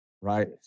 right